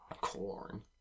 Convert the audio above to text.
Corn